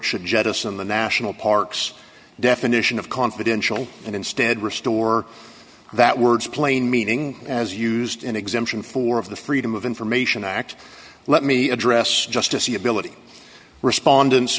should jettison the national parks definition of confidential and instead restore that word's plain meaning as used in exemption for of the freedom of information act let me address just to see ability respondents